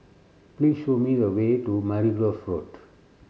please show me the way to Margoliouth Road